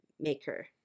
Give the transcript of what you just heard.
maker